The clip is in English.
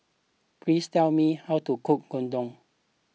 please tell me how to cook Gyudon